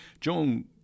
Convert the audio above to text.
Joan